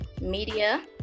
media